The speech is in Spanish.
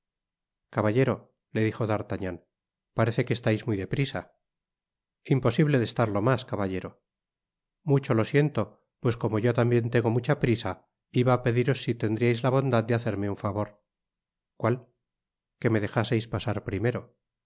caballero le dijo d'artagnan parece que estais muy de prisa imposible de estarlo mas caballero mucho lo siento pues como yo tambien tengo mucha prisa iba ápediros si tendriais la bondad de hacerme un favor cuál que me dejaseis pasar primero